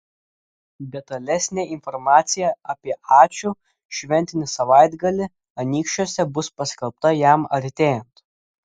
detalesnė informacija apie ačiū šventinį savaitgalį anykščiuose bus paskelbta jam artėjant